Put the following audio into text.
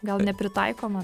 gal nepritaikoma